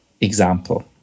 example